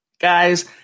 guys